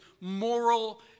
moral